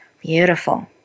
Beautiful